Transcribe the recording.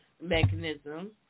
mechanism